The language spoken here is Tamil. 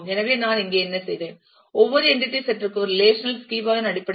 எனவே நான் இங்கே என்ன செய்தேன் ஒவ்வொரு என்டிடி செட் ற்கும் ரெலேஷனல் ஸ்கீமா இன் அடிப்படையில்